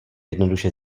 jednoduše